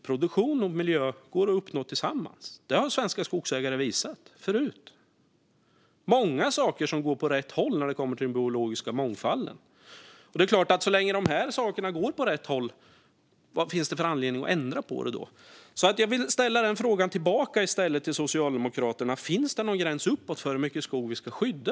Produktion och miljö går att uppnå tillsammans; det har svenska skogsägare visat förut. Det är många saker som går åt rätt håll när det kommer till den biologiska mångfalden. Så länge de sakerna går åt rätt håll, vad finns det för anledning att ändra på detta? Jag vill ställa frågan tillbaka till Socialdemokraterna: Finns det någon gräns uppåt för hur mycket skog vi ska skydda?